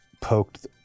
poked